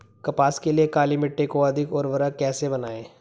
कपास के लिए काली मिट्टी को अधिक उर्वरक कैसे बनायें?